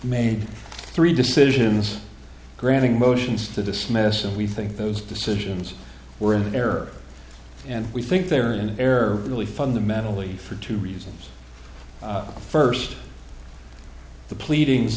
made three decisions granting motions to dismiss and we think those decisions were in error and we think they're in error really fundamentally for two reasons first the pleading